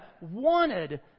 wanted